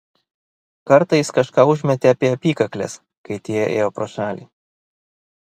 kartą jis kažką užmetė apie apykakles kai tie ėjo pro šalį